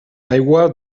aigua